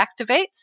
activates